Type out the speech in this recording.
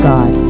God